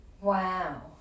Wow